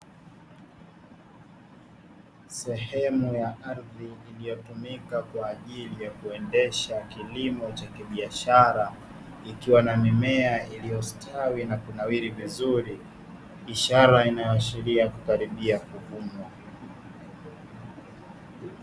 Sehemu ya ardhi iliyotumika kwa ajili ya kuendesha kilimo cha kibiashara, ikiwa na mimea iliyostawi na kunawiri vizuri, ishara inayoashiria kukaribia kuvunwa.